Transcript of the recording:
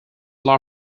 law